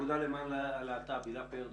נציגת האגודה למען הלהט"ב, הילה פאר בבקשה.